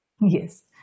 Yes